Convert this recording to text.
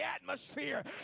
atmosphere